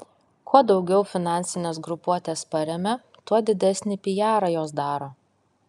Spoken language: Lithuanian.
kuo daugiau finansines grupuotes paremia tuo didesnį pijarą jos daro